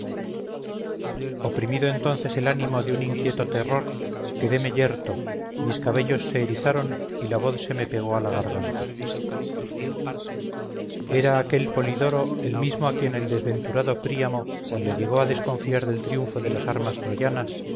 oprimido entonces el ánimo de un inquieto terror quédeme yerto mis cabellos se erizaron y la voz se me pegó a la garganta era aquel polidoro el mismo a quien el desventurado príamo cuando llegó a desconfiar del triunfo de las armas